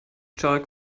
chalk